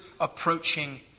approaching